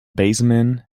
baseman